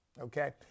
Okay